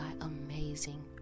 amazing